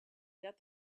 that